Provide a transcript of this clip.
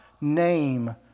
name